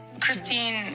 christine